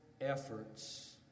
efforts